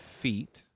feet